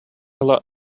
ыла